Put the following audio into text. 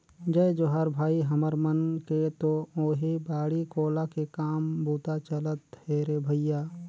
जय जोहार भाई, हमर मन के तो ओहीं बाड़ी कोला के काम बूता चलत हे रे भइया